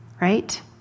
right